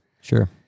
Sure